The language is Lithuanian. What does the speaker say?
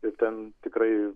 ir ten tikrai